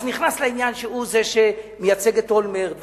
אז נכנס לעניין שהוא זה שמייצג בעניין אולמרט,